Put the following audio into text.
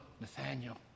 Nathaniel